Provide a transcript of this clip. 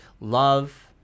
love